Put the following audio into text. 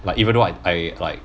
like even though I I like